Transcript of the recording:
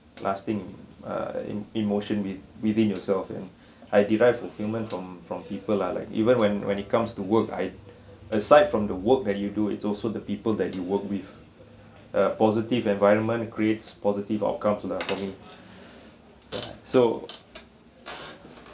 lasting uh in emotion with within yourself and I derived fulfilment from from people lah like even when when it comes to work I aside from the work that you do is also the people that you work with a positive environment creates positive outcome to lah for me ya so